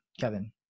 kevin